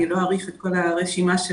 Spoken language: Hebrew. לא אאריך בכל הרשימה של